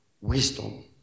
Wisdom